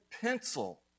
pencil